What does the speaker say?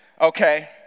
okay